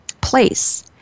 place